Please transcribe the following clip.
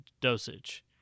dosage